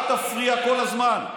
אל תפריע כל הזמן.